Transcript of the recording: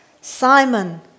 Simon